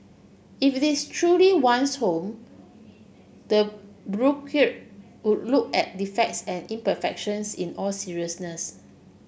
if it's truly one's home the would look at defects and imperfections in all seriousness